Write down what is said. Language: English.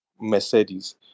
Mercedes